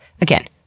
Again